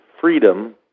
freedom